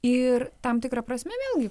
ir tam tikra prasme vėlgi